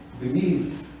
believe